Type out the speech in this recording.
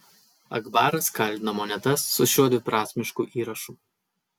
akbaras kaldino monetas su šiuo dviprasmišku įrašu